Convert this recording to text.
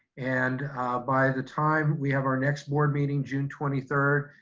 and ah by the time we have our next board meeting june twenty third,